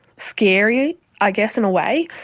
scary i guess in a way,